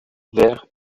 verts